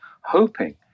hoping